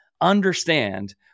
understand